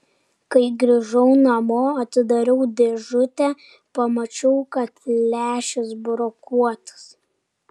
kai grįžau namo atidariau dėžutę pamačiau kad lęšis brokuotas